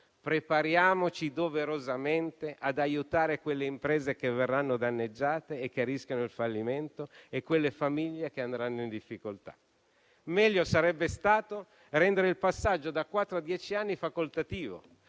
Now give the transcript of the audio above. Prepariamoci doverosamente ad aiutare le imprese che verranno danneggiate e rischiano il fallimento e le famiglie che andranno in difficoltà. Meglio sarebbe stato rendere facoltativo